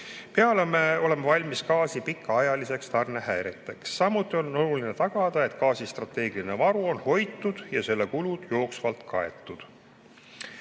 peame me olema valmis gaasi pikaajalisteks tarnehäireteks. Samuti on oluline tagada, et gaasi strateegiline varu on hoitud ja selle kulud jooksvalt